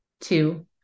two